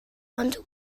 ond